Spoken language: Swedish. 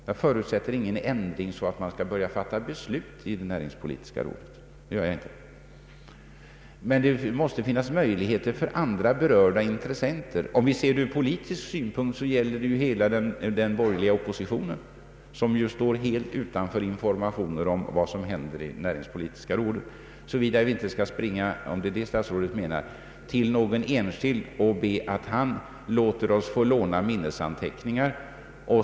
Jag förutsätter ingen ändring så att man skall börja fatta beslut i näringspolitiska rådet. Men det måste finnas möjligheter för andra berörda intressenter. Ur politisk synpunkt gäller det hela den borgerliga oppositionen, som ju står helt utanför informationer om vad som händer i näringspolitiska rådet, såvida vi inte skall springa — om det är det statsrådet menar — till någon enskild och be att han låter oss få låna sina minnesanteckningar.